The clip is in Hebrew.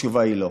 התשובה היא לא.